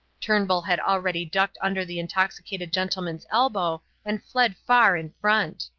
turnbull had already ducked under the intoxicated gentleman's elbow and fled far in front.